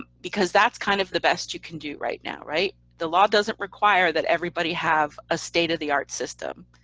ah because that's kind of the best you can do right now, right? the law doesn't require that everybody have a state of the art system.